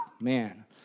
man